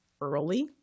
early